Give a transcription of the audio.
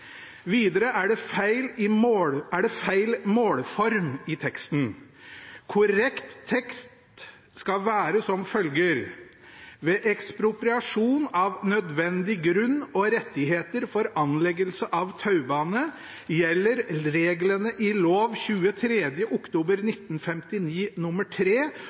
det feil målform i teksten. Korrekt tekst skal være som følger: «Ved ekspropriasjon av nødvendig grunn og rettigheter for anleggelse av taubane gjelder reglene i lov 23. oktober